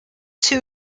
two